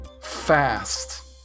Fast